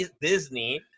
disney